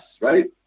right